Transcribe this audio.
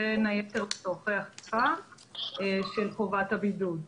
בין היתר לצורכי אכיפה של חובת הבידוד.